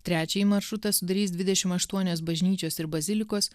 trečiąjį maršrutą sudarys dvidešim aštuonios bažnyčios ir bazilikos